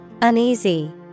Uneasy